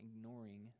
ignoring